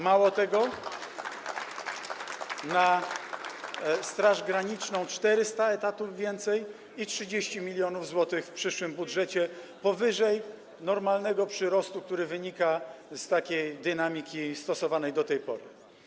Mało tego, na Straż Graniczną - o 400 etatów więcej i 30 mln zł w przyszłym budżecie powyżej normalnego przyrostu, który wynika z dynamiki stosowanej do tej pory.